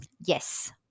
yes